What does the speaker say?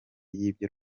y’ibyo